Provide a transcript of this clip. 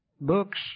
books